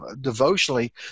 devotionally